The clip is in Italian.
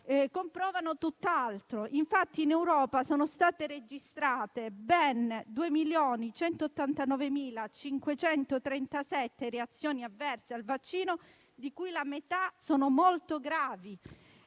comprovano tutt'altro. In Europa sono state registrate ben 2.189.537 reazioni avverse al vaccino, di cui la metà molto gravi,